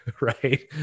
Right